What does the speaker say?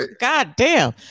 Goddamn